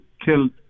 killed